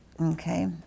Okay